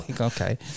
okay